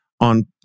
On